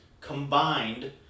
combined